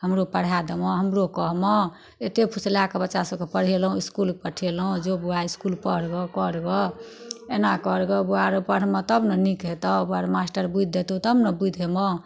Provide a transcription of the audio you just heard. हमरो पढ़य देमाँ हमरो कहमाँ एते फुसला कऽ बच्चा सबके पढ़ेलहुँ इसकुल पठेलहुँ जो बौआ इसकुल पढ़ गऽ कर गऽ एना कर गऽ बौआ रौ पढ़माँ तब ने नीक हेतौ बौआ रौ मास्टर बुद्धि देतौ तब ने बुद्धि हेमाँ